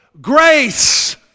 Grace